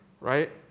right